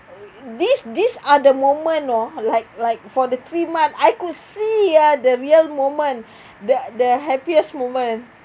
these these are the moment oh like like for the three month I could see ah the real moment the the happiest moment